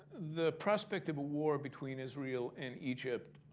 the prospect of a war between israel and egypt